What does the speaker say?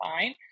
fine